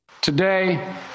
Today